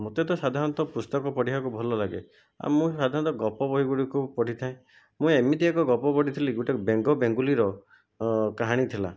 ମୋତେ ତ ସାଧାରଣତଃ ପୁସ୍ତକ ପଢ଼ିବାକୁ ଭଲଲାଗେ ଆଉ ମୁଁ ସାଧାରଣତଃ ଗପ ବହିଗୁଡ଼ିକୁ ପଢ଼ିଥାଏ ମୁଁ ଏମିତି ଏକ ଗପ ପଢ଼ିଥିଲି ଗୋଟେ ବେଙ୍ଗ ବେଙ୍ଗୁଳିର କାହାଣୀ ଥିଲା